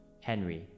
Henry